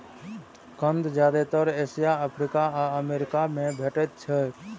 कंद जादेतर Asia, Africa आ अमेरिका मे भेटैत छैक